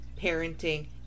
parenting